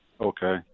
Okay